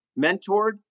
mentored